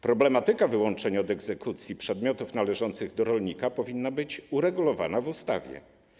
Problematyka wyłączeń od egzekucji przedmiotów należących do rolnika powinna być uregulowana w ustawie.